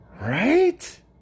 Right